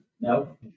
No